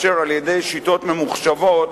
על-ידי שיטות ממוחשבות,